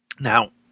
Now